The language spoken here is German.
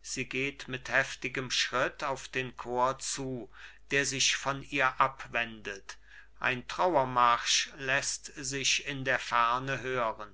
sie geht mit heftigem schritt auf den chor zu der sich von ihr abwendet ein trauermarsch läßt sich in der ferne hören